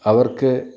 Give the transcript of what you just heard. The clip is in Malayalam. അവർക്ക്